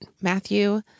Matthew